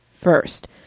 first